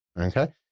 Okay